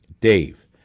Dave